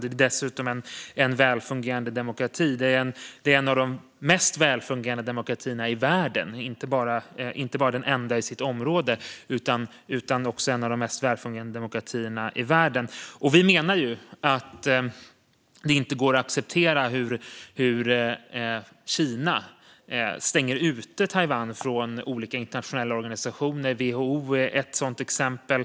Det är dessutom en välfungerande demokrati. Det är en av de mest välfungerande demokratierna i världen - inte bara den enda i sitt område utan också en av de mest välfungerande demokratierna i världen. Vi menar att det inte går att acceptera hur Kina stänger ute Taiwan från olika internationella organisationer. WHO är ett sådant exempel.